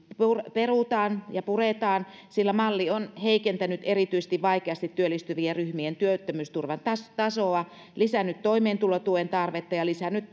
perutaan ja puretaan sillä malli on heikentänyt erityisesti vaikeasti työllistyvien ryhmien työttömyysturvan tasoa lisännyt toimeentulotuen tarvetta ja lisännyt